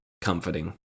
comforting